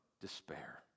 despair